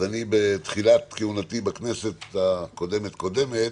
בתחילת כהונתי בכנסת הקודמת קודמת